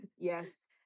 Yes